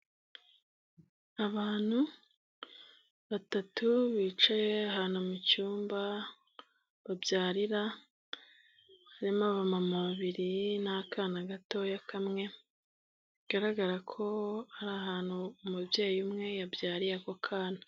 Abantu batatu bicaye ahantu mu cyumba babyarira barimo bama babiri n'akana gatoya kamwe bigaragara ko ari ahantu umubyeyi umwe yabyariye ako kana.